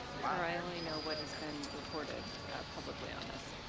so i only know what has been reported publicly on this.